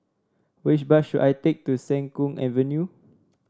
which bus should I take to Siang Kuang Avenue